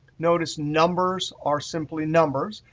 notice numbers are simply numbers,